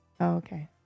okay